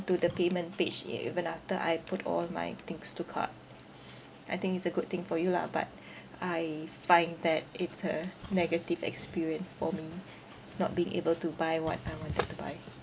to the payment page e~ even after I put all my things to cart I think it's a good thing for you lah but I find that it's a negative experience for me not being able to buy what I wanted to buy